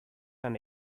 and